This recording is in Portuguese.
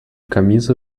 camisa